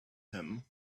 him